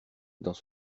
dans